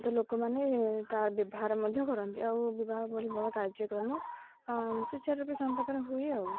ତ ଲୋକମାନେ ତାର ବ୍ୟବହାର ମଧ୍ୟ କରନ୍ତି ଆଉ ବିବାହ ପଢ଼ି ବଡ଼ କାର୍ଯ୍ୟକ୍ରମ ସ୍ୱାଚ୍ ରୂପ ସମ୍ପାଦନ ହୁଏ ଆଉ